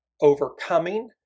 overcoming